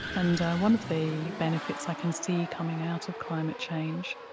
and one of the benefits i can see coming out of climate change,